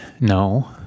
No